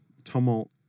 tumult